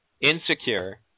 insecure